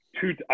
Two